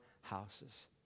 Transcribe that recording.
houses